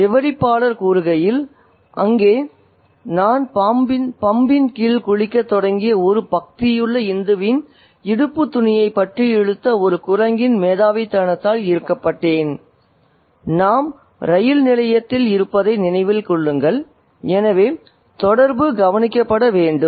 விவரிப்பாளர் கூறுகையில் "அப்போது நான் பம்பின் கீழ் குளிக்கத் தொடங்கிய ஒரு பக்தியுள்ள இந்துவின் இடுப்புத் துணியைப் பற்றி இழுத்த ஒரு குரங்கின் மேதாவித்தனத்தால் ஈர்க்கப்பட்டேன்" நாம் ரயில் நிலையத்தில் இருப்பதை நினைவில் கொள்ளுங்கள் எனவே தொடர்பு கவனிக்கப்பட வேண்டும்